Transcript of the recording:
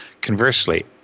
Conversely